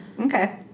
okay